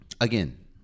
again